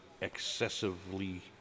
excessively